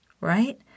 right